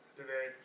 today